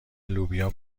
لوبیا